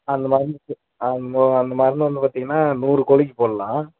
அந்த மருந்துக்கு ஆ அந்த அந்த மருந்து வந்து பார்த்தீங்கன்னா நூறு கோழிக்கி போடலாம்